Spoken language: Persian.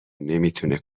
نمیتونه